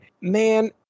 man